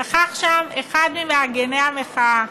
נכח שם אחד ממארגני המחאה,